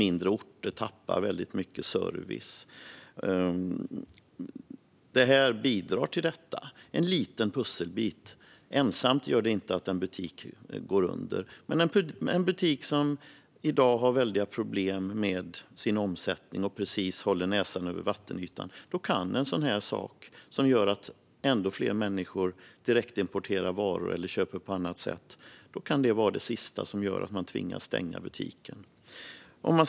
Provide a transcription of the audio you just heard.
Mindre orter tappar mycket service. Det här bidrar till det. Det är en liten pusselbit. Ensamt leder det inte till att en butik går under. Men för en butik som i dag har problem med sin omsättning och precis håller näsan över vattenytan kan en sådan här sak, som gör att ännu fler människor direktimporterar varor eller köper på annat sätt, vara det sista som leder till att man tvingas stänga butiken.